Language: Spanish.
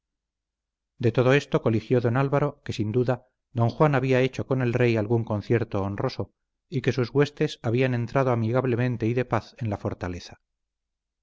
de todo esto coligió don álvaro que sin duda don juan había hecho con el rey algún concierto honroso y que sus huestes habían entrado amigablemente y de paz en la fortaleza